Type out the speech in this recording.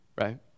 right